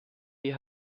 die